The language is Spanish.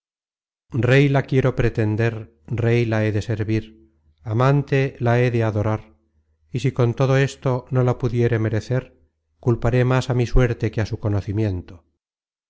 rey la quiero pretender rey la he de servir amante la he de adorar y si con todo esto no la pudiere merecer culparé más á mi suerte que a su conocimiento